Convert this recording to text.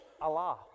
allah